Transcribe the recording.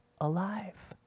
alive